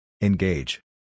Engage